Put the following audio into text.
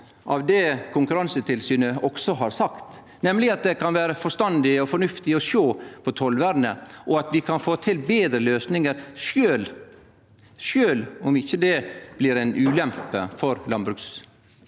av det Konkurransetilsynet også har sagt, nemleg at det kan vere forstandig og fornuftig å sjå på tollvernet, og at vi kan få til betre løysingar utan at det blir ei ulempe for landbruket